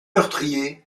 meurtriers